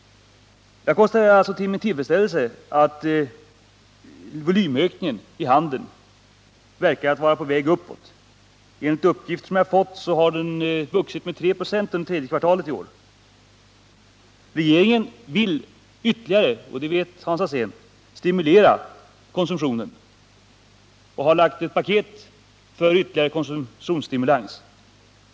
Jag konstaterar med tillfredsställelse att volymökningen i handeln verkar Nr 36 vara på väg uppåt. Enligt uppgifter som jag har fått har den vuxit med 3 96 under tredje kvartalet i år. Regeringen vill — och det vet Hans Alsén — ytterligare stimulera konsumtionen och har framlagt ett paket för ytterligare konsumtionsstimulans.